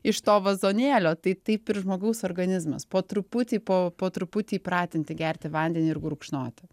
iš to vazonėlio tai taip ir žmogaus organizmas po truputį po po truputį įpratinti gerti vandenį ir gurkšnoti